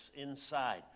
inside